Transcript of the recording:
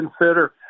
consider